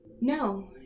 No